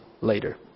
later